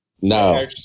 No